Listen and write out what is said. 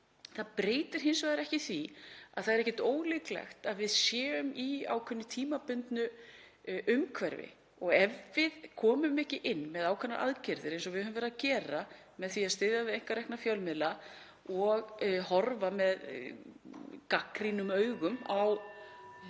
Það breytir því hins vegar ekki að það er ekkert ólíklegt að við séum í ákveðnu tímabundnu umhverfi og ef við komum ekki inn með ákveðnar aðgerðir eins og við höfum verið að gera, með því að styðja við einkarekna fjölmiðla og horfa með (Forseti hringir.)